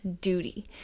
duty